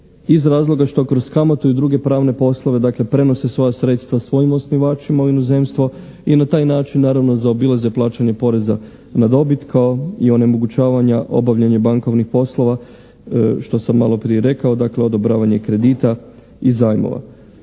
iz razloga što kroz kamatu i druge pravne poslove dakle prenose svoja sredstva svojim osnivačima u inozemstvo i na taj način naravno zaobilaze plaćanje poreza na dobit kao i onemogućavanja obavljanja bankovnih poslova što sam maloprije rekao, dakle odobravanje kredita i zajmova.